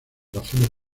razones